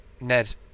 Ned